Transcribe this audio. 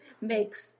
makes